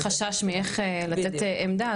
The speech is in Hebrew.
כשיש חשש מאייך לתת עמדה,